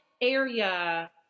area